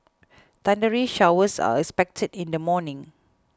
thundery showers are expected in the morning